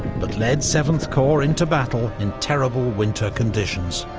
but led seventh corps into battle in terrible winter conditions.